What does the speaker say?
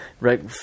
right